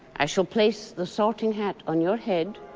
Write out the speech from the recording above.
i shall place the sorting hat on your head,